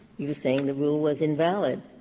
you're saying the rule was invalid.